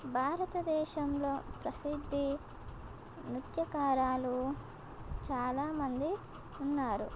భారతదేశంలో ప్రసిద్ధి నృత్యకారులు చాలామంది ఉన్నారు